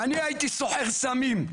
אני הייתי סוחר סמים,